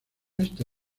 este